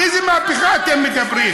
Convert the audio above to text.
על איזו מהפכה אתם מדברים?